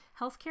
healthcare